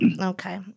Okay